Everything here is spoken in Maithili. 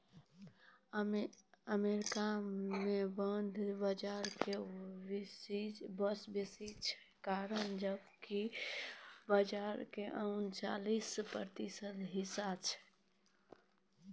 अमेरिका मे बांड बजारो के वर्चस्व बेसी छै, कारण जे कि बजारो मे उनचालिस प्रतिशत हिस्सा छै